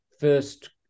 first